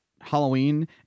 Halloween